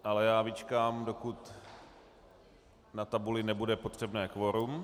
Ale já vyčkám, dokud na tabuli nebude potřebné kvorum.